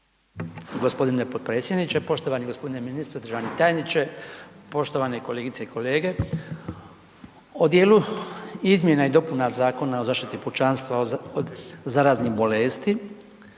g. Potpredsjedniče, poštovani g. ministre, državni tajniče, poštovane kolegice i kolege. O dijelu izmjena i dopuna Zakona o zaštiti pučanstva od zaraznih bolesti